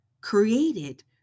created